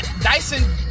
Dyson